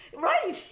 Right